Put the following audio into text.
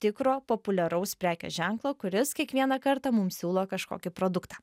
tikro populiaraus prekės ženklo kuris kiekvieną kartą mums siūlo kažkokį produktą